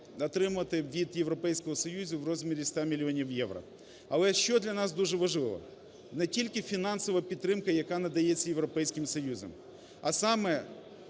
отримати від Європейського Союзу в розмірі 100 мільйонів євро. Але що для нас дуже важливо? Не тільки фінансова підтримка, яка надається Європейським Союзом, а саме